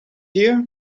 here